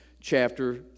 chapter